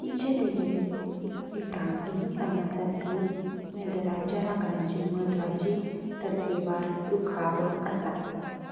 तिचे देगेर इटांकी राना सारकी मेदराच्या लांकडांची म्हत्वाची तरकेवार रुखावळ आसा